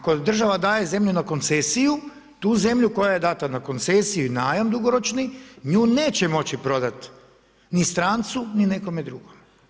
Ako država daje zemlju na koncesiju, tu zemlju koja je dana na koncesiju i najam dugoročni nju neće moći prodati ni strancu, ni nekome drugome.